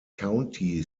county